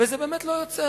וזה באמת לא יוצר.